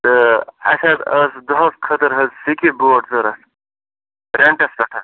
تہٕ اسہِ حظ ٲس دۄہس خٲطرٕ حَظ سِکی بوٹ ضوٚرَتھ رینٛٹَس پٮ۪ٹھ